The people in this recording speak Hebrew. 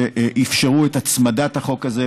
שאפשרו את הצמדת החוק הזה.